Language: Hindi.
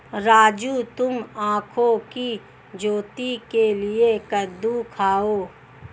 राजू तुम आंखों की ज्योति के लिए कद्दू खाओ